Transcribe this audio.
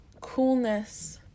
coolness